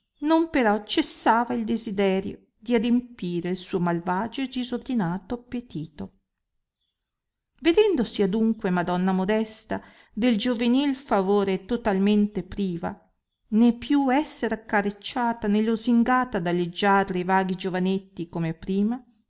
non però cessava il desiderio di adempire il suo malvagio e disordinato appetito vedendosi adunque madonna modesta del giovenil favore totalmente priva né più esser accarecciata né losingata da leggiadri e vaghi giovanetti come prima